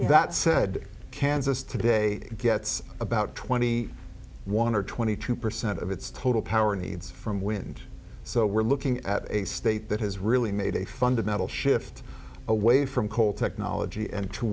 that said kansas today gets about twenty one or twenty two percent of its total power needs from wind so we're looking at a state that has really made a fundamental shift away from coal technology and to